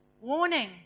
Warning